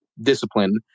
discipline